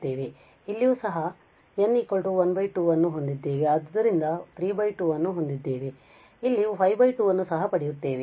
ಇಲ್ಲಿಯೂ ಸಹ ನಾವು n 12 ಅನ್ನು ಹೊಂದಿದ್ದೇವೆ ಆದ್ದರಿಂದ ನಾವು 32 ಅನ್ನು ಹೊಂದಿದ್ದೇವೆ ಮತ್ತು ನಾವು ಇಲ್ಲಿ 5 2 ಅನ್ನು ಸಹ ಪಡೆಯುತ್ತೇವೆ